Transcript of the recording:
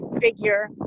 figure